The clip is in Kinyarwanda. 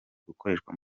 gukoreshwa